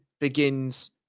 begins